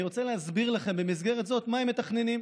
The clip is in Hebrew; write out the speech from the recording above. אני רוצה להסביר לכם במסגרת זאת מה הם מתכננים: